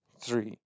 three